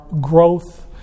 growth